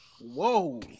Whoa